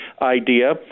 idea